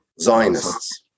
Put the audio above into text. Zionists